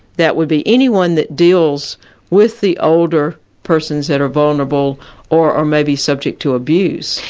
that would be anyone that deals with the older persons that are vulnerable or are maybe subject to abuse.